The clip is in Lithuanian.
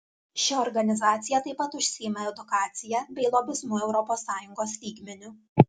ši organizacija taip pat užsiima edukacija bei lobizmu europos sąjungos lygmeniu